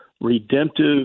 redemptive